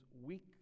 weak